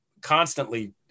constantly